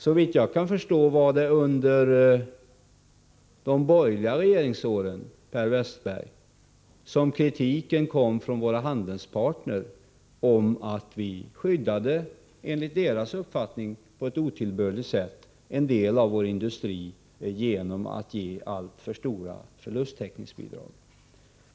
Såvitt jag kan förstå var det under de borgerliga regeringsåren, Per Westerberg, som kritiken kom från våra handelspartner om att vi gynnade, enligt deras uppfattning på ett otillbörligt sätt, en del av vår industri genom att ge alltför stora förlusttäckningsbidrag.